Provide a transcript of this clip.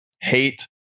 hate